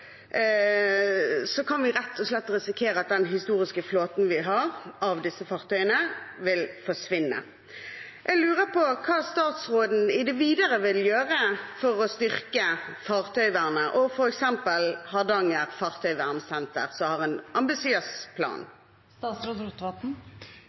kan vi rett og slett risikere at den historiske flåten med disse fartøyene vi har, vil forsvinne. Jeg lurer på hva statsråden vil gjøre i det videre for å styrke fartøyvernet, f.eks. Hardanger fartøyvernsenter, som har en ambisiøs